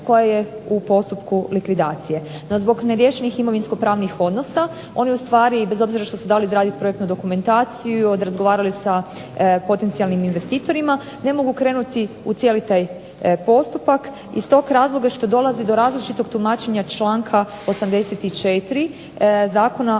koja je u postupku likvidacije. No zbog neriješenih imovinskopravnih odnosa oni ustvari, bez obzira što su dali izraditi projektnu dokumentaciju, razgovarali sa potencijalnim investitorima, ne mogu krenuti u cijeli taj postupak, iz tog razloga što dolazi do različitog tumačenja članka 84. Zakona